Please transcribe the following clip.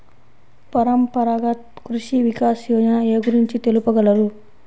పరంపరాగత్ కృషి వికాస్ యోజన ఏ గురించి తెలుపగలరు?